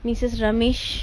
missus ramesh